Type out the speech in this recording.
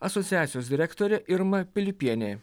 asociacijos direktorė irma pilypienė